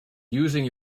using